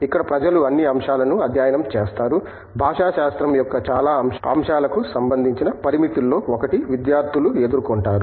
ఇక్కడ ప్రజలు అన్ని అంశాలను అధ్యయనం చేస్తారు భాషాశాస్త్రం యొక్క చాలా అంశాలకి సంబందించిన పరిమితుల్లో ఒకటి విద్యార్థులు ఎదుర్కొంటారు